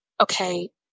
Okay